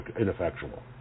ineffectual